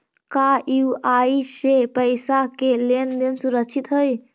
का यू.पी.आई से पईसा के लेन देन सुरक्षित हई?